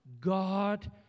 God